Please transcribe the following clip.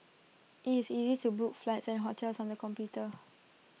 IT is easy to book flights and hotels on the computer